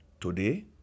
Today